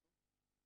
נכון.